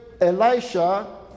Elisha